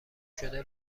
شده